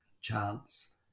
chance